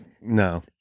no